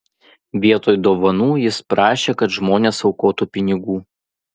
vietoj dovanų jis prašė kad žmonės aukotų pinigų